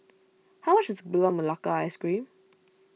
how much is Gula Melaka Ice Cream